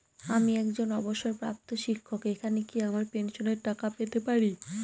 আমি একজন অবসরপ্রাপ্ত শিক্ষক এখানে কি আমার পেনশনের টাকা পেতে পারি?